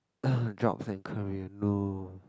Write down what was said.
jobs and career